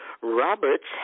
roberts